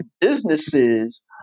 businesses